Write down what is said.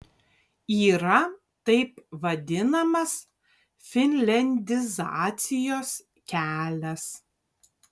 yra taip vadinamas finliandizacijos kelias